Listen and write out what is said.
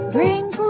Drink